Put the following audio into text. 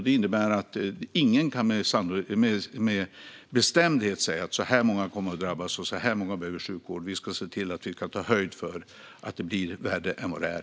Det innebär att ingen med bestämdhet kan säga att så här många kommer att drabbas och så här många behöver sjukvård. Vi ska se till att ta höjd för att det blir värre än vad det är.